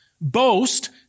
boast